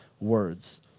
words